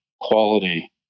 quality